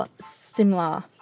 similar